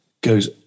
goes